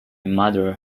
mother